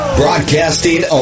broadcasting